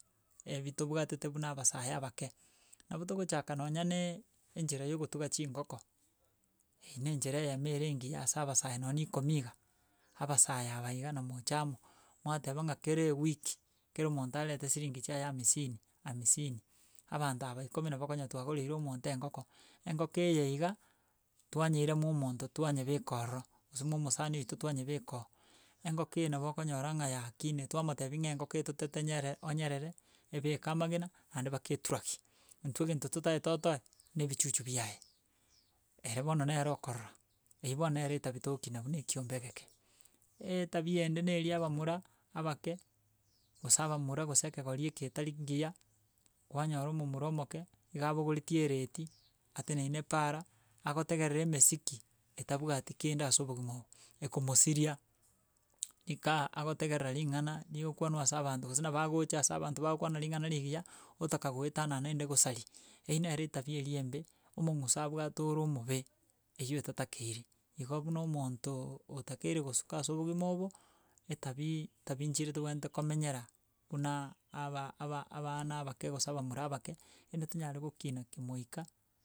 Ebi tobwatete buna abasae abake, nabo togochaka nonya naaa enchera ya okotuga chingoko, eye na enchera eyemo ere engiya asa abasae, nonye ikomi iga abasae aba iga na mocha amo, mwateba ng'a kera ewiki, kera omonto arete siringi chiaye amisini amisini, abanto aba ikomi nabo okonyora twagoreire omonto engoko, engoko eye iga, twanyeira mwa omonto twanyebeka ororo gose mwa omosani oito twanyebeka oo, engoko eye nabo okonyora ng'a yakinire, twamotebia ng'a engoko eywo totete tenyere onyerere, ebeke amagena, naende baka eturagi, intwe egento totaete otoe, na ebichuchu biaye. Ere bono nere okorora, eywo bono nere etabia togokina buna ekiombe egeke, eeetabia ende na eria abamura abake, gose abamura gose ekegori eke etari ngiya, kwanyora omomura omoke iga abogoretie eredii ateneine paara agotegerera emesiki etabwati kende ase obogima obo, egomosiria ikaa agotegerera ring'ana rigokwanwa ase abanto, gose nabo agocha ase abanto bagokwana ring'ana rigiya, otaka goetanana aende kosari, eywo nere etabia eri embe, omong'uso abwate ore omombe eywo etatakeire. Igo buna omontoo otakeire gosuka ase obogima obo, etabia etabia nchire tobwenerete komenyera, buna aba aba abana abake gose abamura abake, rinde tonyare gokina kimoika.